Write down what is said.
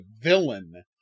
villain